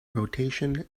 rotation